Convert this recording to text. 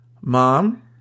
Mom